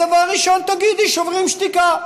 אז דבר ראשון תגידי: שוברים שתיקה.